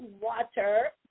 water